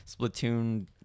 splatoon